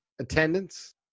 attendance